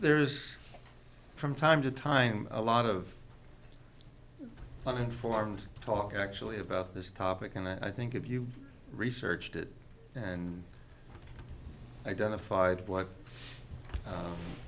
there's from time to time a lot of uninformed talk actually about this topic and i think if you researched it and identified what